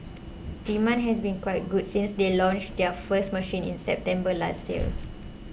demand has been quite good since they launched their first machine in September last year